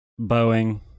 Boeing